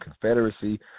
Confederacy